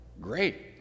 great